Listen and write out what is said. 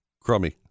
Crummy